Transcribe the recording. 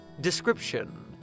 Description